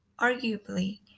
Arguably